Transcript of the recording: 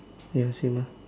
ya same ah